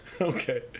Okay